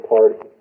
Party